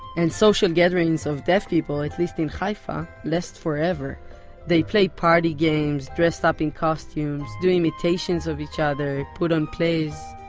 and social gatherings of deaf people, at least in haifa, last forever they play party games, dress up in costumes, do imitations of each other, put on plays.